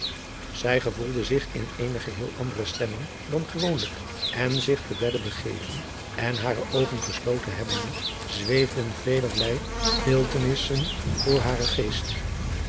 zij gevoelde zich in eene geheele andere stemming dan gewoonlijk en zich te bedde begeven en hare oogen gesloten hebbende zweefden veelerleije beeldtenissen voor haren geest